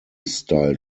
style